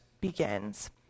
begins